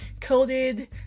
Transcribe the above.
coated